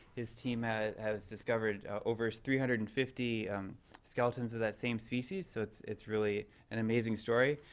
his team ah has discovered over three hundred and fifty skeletons of that same species. so it's it's really an amazing story.